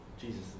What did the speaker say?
Jesus